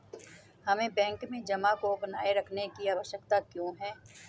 हमें बैंक में जमा को बनाए रखने की आवश्यकता क्यों है?